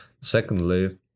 Secondly